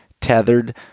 Tethered